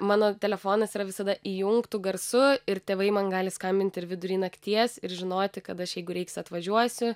mano telefonas yra visada įjungtu garsu ir tėvai man gali skambinti ir vidury nakties ir žinoti kad aš jeigu reiks atvažiuosiu